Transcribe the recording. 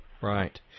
Right